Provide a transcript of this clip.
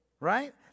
Right